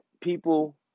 people